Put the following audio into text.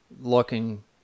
looking